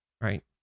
right